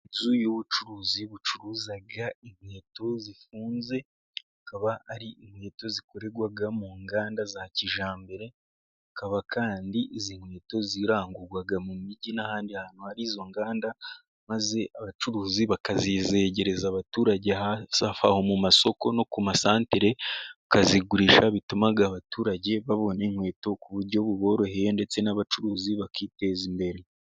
Inzu y'ubucuruzi bucuruza inkweto zifunze zikaba ari inkweto zikorerwa mu nganda za kijyambere, hakaba kandi izi nkweto zirangurwa mu mijyi n'ahandi hantu hari izo nganda maze abacuruzi bakazizegereza abaturage hafi aho mu masoko no ku masantere. Bakazigurisha bituma abaturage babona inkweto ku buryo buboroheye ndetse n'abacuruzi bakiteza imbere.